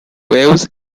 waves